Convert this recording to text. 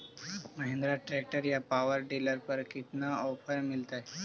Mahindra tractor या power dealer पर कितना ओफर मीलेतय?